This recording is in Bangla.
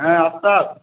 হ্যাঁ আফতাব